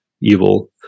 evil